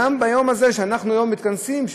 גם ביום הזה שאנחנו מתכנסים,